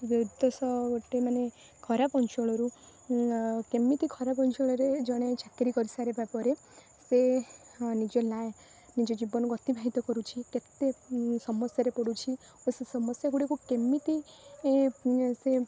ଦୁର୍ଦଶ ଗୋଟେ ମାନେ ଖରାପ ଅଞ୍ଚଳରୁ କେମିତି ଖରାପ ଅଞ୍ଚଳରେ ଜଣେ ଚାକିରି କରିସାରିବା ପରେ ସେ ନିଜ ଲା ନିଜ ଜୀବନକୁ ଅତିବାହିତ କରୁଛି କେତେ ସମସ୍ୟାରେ ପଡ଼ୁଛି ଓ ସେ ସମସ୍ୟାଗୁଡ଼ିକୁ କେମିତି ସେ